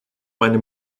meine